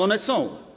One są.